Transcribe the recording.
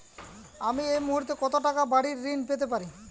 আমি এই মুহূর্তে কত টাকা বাড়ীর ঋণ পেতে পারি?